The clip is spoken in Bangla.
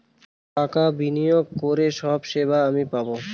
টাকা বিনিয়োগ করে সব সেবা আমি পাবো